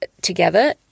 together